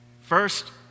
First